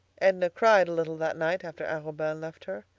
edna cried a little that night after arobin left her.